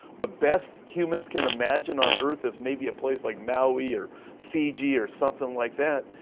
the best humans can imagine on earth is maybe a place like maui or fiji or something like that.